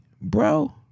Bro